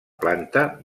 planta